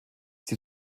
sie